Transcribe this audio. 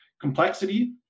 complexity